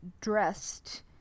dressed